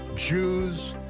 jews,